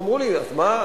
אמרו לי: אז מה,